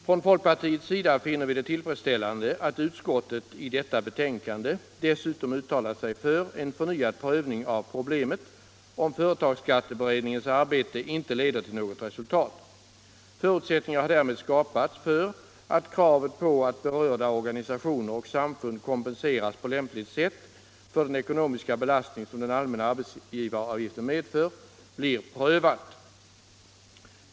Från folkpartiets sida finner vi det tillfredsställande att utskottet i detta betänkande dessutom uttalat sig för en förnyad prövning av problemet, om företagsskatteberedningens arbete inte leder till något resultat. Förutsättningar har därmed skapats för att kravet på att berörda organisationer och samfund kompenseras på lämpligt sätt för den ekonomiska belastning, som den allmänna arbetsgivaravgiften medför, blir prövat.